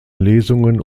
lesungen